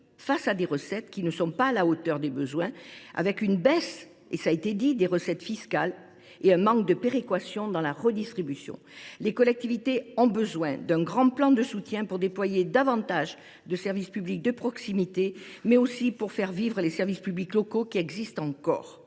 et des recettes qui ne sont pas à la hauteur des besoins, à la suite d’une baisse des recettes fiscales et d’un manque de péréquation dans la redistribution. Les collectivités ont besoin d’un grand plan de soutien non seulement pour déployer davantage de services publics de proximité, mais aussi pour faire vivre les services publics locaux qui existent encore.